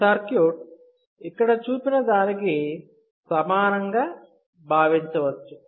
ఈ సర్క్యూట్ ఇక్కడ చూపిన దానికి సమానంగా భావించవచ్చు